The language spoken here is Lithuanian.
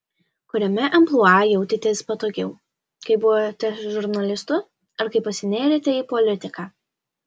kuriame amplua jautėtės patogiau kai buvote žurnalistu ar kai pasinėrėte į politiką